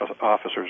officers